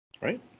right